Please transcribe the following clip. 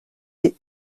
des